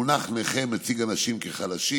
המונח "נכה" מציג את אנשים כחלשים,